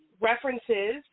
references